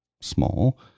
small